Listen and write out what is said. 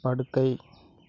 படுக்கை